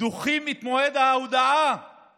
דוחים את מועד ההודעה על הבחירות,